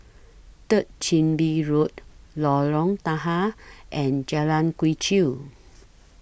Third Chin Bee Road Lorong Tahar and Jalan Quee Chew